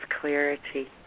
clarity